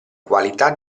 qualità